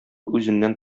үзеннән